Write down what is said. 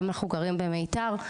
אנחנו גרים במיתר,